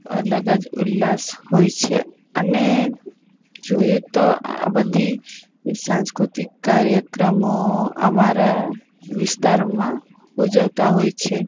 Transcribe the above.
અલગ જ ઉલ્લાસ હોય છે અને જોઈએ તો આ બધી સાંસ્કૃતિક કાર્યક્રમો અમારા વિસ્તારમાં ઉજવતા હોય છે